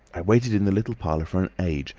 i waited in the little parlour for an age,